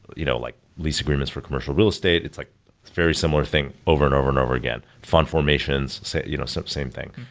you know like lease agreements for commercial real estate. it's like very similar thing over and over and over again fund formations, so you know so same thing.